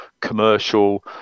commercial